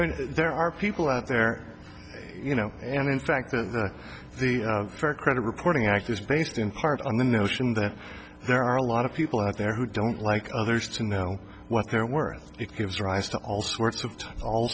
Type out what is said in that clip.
i mean there are people out there you know and in fact that the the fair credit reporting act is based in part on the notion that there are a lot of people out there who don't like others to know what they're worth it gives rise to all sorts of all